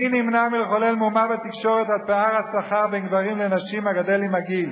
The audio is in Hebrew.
מי נמנע מלחולל מהומה בתקשורת על פער השכר בין גברים לנשים הגדל עם הגיל